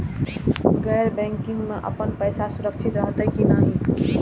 गैर बैकिंग में अपन पैसा सुरक्षित रहैत कि नहिं?